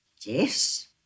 Yes